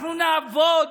אנחנו נעבוד